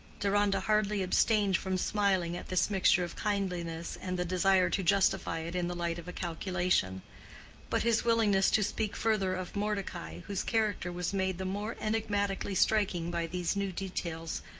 deronda hardly abstained from smiling at this mixture of kindliness and the desire to justify it in the light of a calculation but his willingness to speak further of mordecai, whose character was made the more enigmatically striking by these new details,